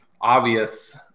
obvious